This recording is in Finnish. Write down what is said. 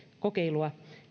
kokeilua